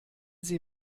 sie